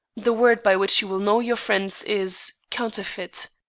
the word by which you will know your friends is counterfeit.